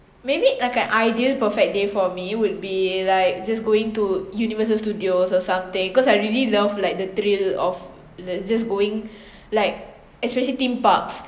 maybe like a ideal perfect day for me would be like just going to universal studios or something cause I really love like the thrill of the just going like especially theme parks